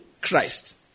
Christ